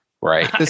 Right